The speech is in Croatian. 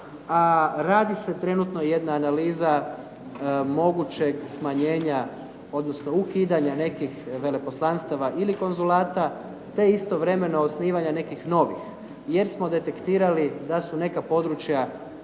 radi se trenutno jedna analiza mogućeg smanjenja odnosno ukidanja nekih veleposlanstava ili konzulata te istovremeno osnivanja nekih novih jer smo detektirali da su neka područja